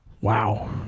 Wow